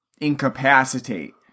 incapacitate